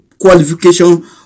qualification